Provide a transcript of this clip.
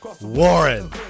Warren